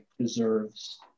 deserves